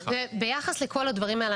ביחס לכל הדברים האלה,